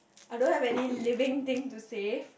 I don't have any living thing to save